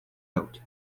out